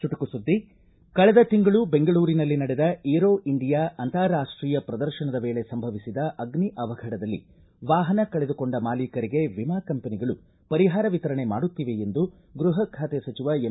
ಚುಟುಕು ಸುದ್ದಿ ಕಳೆದ ತಿಂಗಳು ಬೆಂಗಳೂರಿನಲ್ಲಿ ನಡೆದ ಏರೋ ಇಂಡಿಯಾ ಅಂತಾರಾಷ್ವೀಯ ಪ್ರದರ್ಶನದ ವೇಳೆ ಸಂಭವಿಸಿದ ಅಗ್ನಿ ಅವಘಡದಲ್ಲಿ ವಾಪನ ಕಳೆದುಕೊಂಡ ಮಾಲಿಕರಿಗೆ ವಿಮಾ ಕಂಪೆನಿಗಳು ಪರಿಹಾರ ವಿಶರಣೆ ಮಾಡುತ್ತಿವೆ ಎಂದು ಗೃಪ ಖಾತೆ ಸಚಿವ ಎಂ